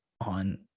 on